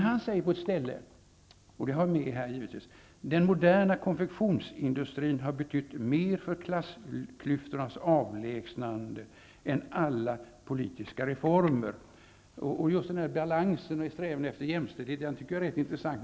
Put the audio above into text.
Han säger på ett ställe -- det finns givetvis med här: ''Den moderna konfektionsindustrin har betytt mer för klassklyftornas avlägsnande än alla politiska reformer.'' Just den balansen och strävan efter jämställdhet tycker jag är rätt intressant.